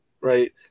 right